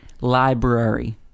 library